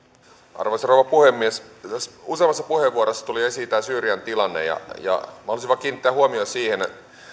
arvoisa rouva puhemies tässä useammassa puheenvuorossa tuli esiin tämä syyrian tilanne ja ja minä haluaisin vain kiinnittää huomiota siihen